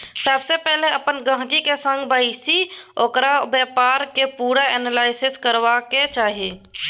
सबसँ पहिले अपन गहिंकी संग बैसि ओकर बेपारक पुरा एनालिसिस करबाक चाही